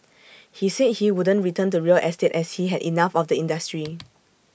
he said he wouldn't return to real estate as he had enough of the industry